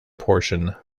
portion